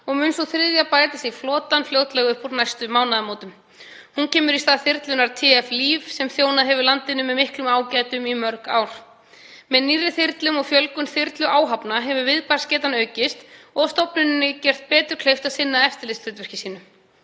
og mun sú þriðja bætist í flotann fljótlega upp úr næstu mánaðamótum. Hún kemur í stað þyrlunnar TF-LÍF sem þjónað hefur landinu með miklum ágætum í mörg ár. Með nýrri þyrlum og fjölgun þyrluáhafna hefur viðbragðsgetan aukist og stofnuninni gert betur kleift að sinna eftirlitshlutverki sínu.